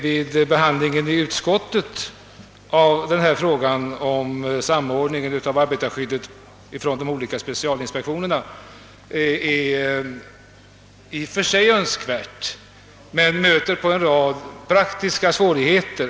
Vid behandlingen i utskottet av frågan om en samordning av arbetarskyddet mellan de olika specialinspektionerna kunde konstateras, att en sådan samordning i och för sig är önskvärd men att den stöter på en rad praktiska svårigheter.